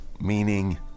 meaning